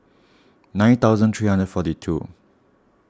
nine thousand three hundred and forty two